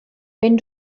wenn